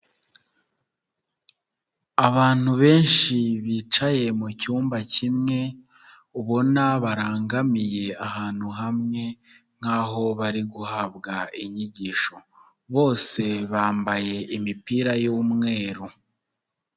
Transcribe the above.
Abantu benshi bicaye mu cyumba kimwe, ubona barangamiye ahantu hamwe nkaho bari guhabwa inyigisho, bose bambaye imipira y'umweru.